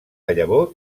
llavor